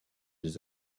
des